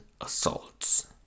assaults